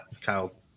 kyle